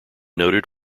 noted